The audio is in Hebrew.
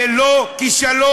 זה לא כישלון